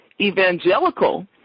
evangelical